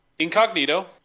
incognito